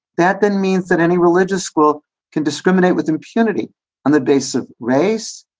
that then means that any religious school can discriminate with impunity on the basis of race,